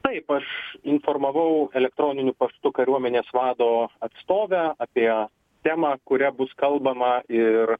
taip aš informavau elektroniniu paštu kariuomenės vado atstovę apie temą kuria bus kalbama ir